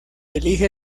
elige